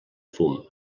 fum